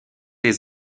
les